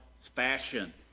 fashion